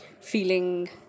feeling